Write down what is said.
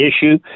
Issue